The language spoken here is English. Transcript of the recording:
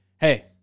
hey